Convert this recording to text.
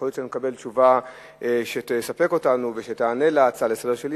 יכול להיות שנקבל תשובה שתספק אותנו ותענה על ההצעה שלי לסדר-היום.